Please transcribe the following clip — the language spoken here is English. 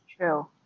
true